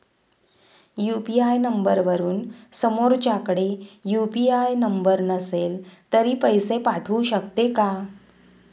UPI नंबरवरून समोरच्याकडे UPI number नसेल तरी पैसे पाठवू शकते का?